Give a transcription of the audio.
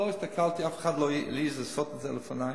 לא הסתכלתי, אף אחד לא העז לעשות את זה לפני.